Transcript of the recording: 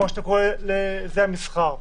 שזה המסחר.